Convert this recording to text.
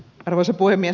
arvoisa puhemies